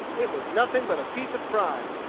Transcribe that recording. it was nothing but a piece of pride.